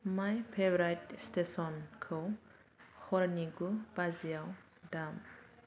माय favourite station खौ हरनि गु बाजियाव दाम